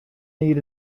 need